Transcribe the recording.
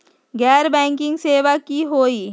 गैर बैंकिंग सेवा की होई?